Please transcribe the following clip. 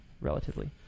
relatively